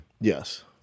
yes